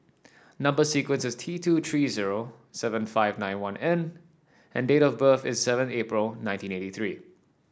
number sequence is T two three zero seven five nine one N and date of birth is seven April nineteen eighty three